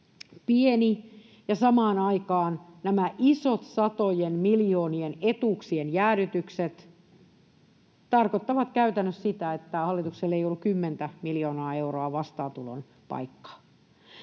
pieni. Samaan aikaan nämä isot satojen miljoonien etuuksien jäädytykset tarkoittavat käytännössä sitä, että hallituksella ei ollut kymmentä miljoonaa euroa vastaantulon paikkaa.